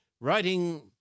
writing